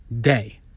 Day